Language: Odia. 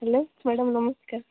ହ୍ୟାଲୋ ମାଡ଼ାମ୍ ନମସ୍କାର